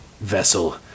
vessel